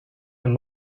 and